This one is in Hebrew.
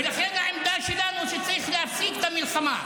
ולכן העמדה שלנו היא שצריך להפסיק את המלחמה.